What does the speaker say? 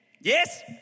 Yes